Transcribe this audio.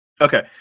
Okay